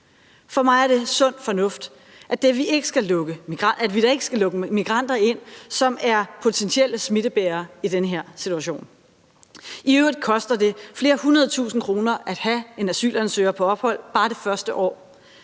For mig er det sund fornuft, at vi da ikke skal lukke migranter ind, som er potentielle smittebærere, i den her situation. I øvrigt koster det flere hundrede tusinde kroner at have en asylansøger på ophold bare det første år.